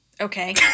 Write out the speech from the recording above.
Okay